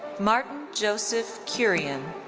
martin joseph kurien.